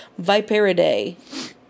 Viperidae